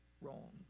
wrong